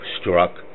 struck